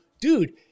dude